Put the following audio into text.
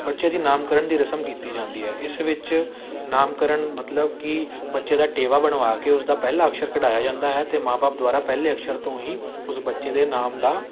ਬੱਚੇ ਦੀ ਨਾਮਕਰਨ ਦੀ ਰਸਮ ਕੀਤੀ ਜਾਂਦੀ ਹੈ ਇਸ ਵਿੱਚ ਨਾਮਕਰਨ ਮਤਲਬ ਕਿ ਬੱਚੇ ਦਾ ਟੇਵਾ ਬਣਵਾ ਕੇ ਉਸਦਾ ਪਹਿਲਾ ਅਕਸ਼ਰ ਕਢਾਇਆ ਜਾਂਦਾ ਹੈ ਅਤੇ ਮਾਂ ਬਾਪ ਦੁਆਰਾ ਪਹਿਲੇ ਅਕਸ਼ਰ ਤੋਂ ਹੀ ਉਸ ਬੱਚੇ ਦੇ ਨਾਮ ਦਾ